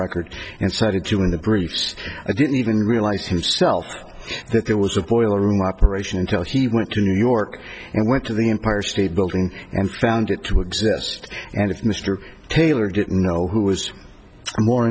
record and cited to you in the briefs i didn't even realize himself that there was a boiler room operation until he went to new york and went to the empire state building and found it to exist and if mr taylor didn't know who was more